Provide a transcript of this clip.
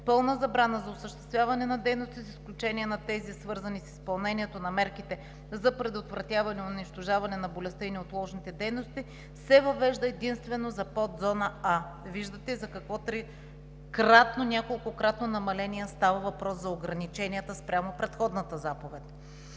пълна забрана за осъществяване на дейности, с изключение на тези свързани с изпълнение на мерките за предотвратяване и унищожаване на болестта и неотложните дейности, се въвежда единствено за подзона А. Виждате за какво трикратно, неколкократно намаление – става въпрос за ограниченията спрямо предходната заповед.